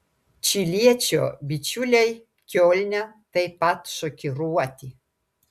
čiliečio bičiuliai kiolne taip pat šokiruoti